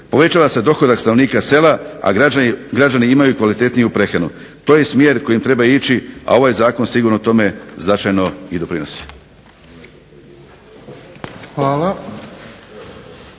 povećava se dohodak stanovnika sela, a građani imaju kvalitetniju prehranu. To je i smjer kojim treba ići, a ovaj zakon sigurno tome značajno i doprinosi.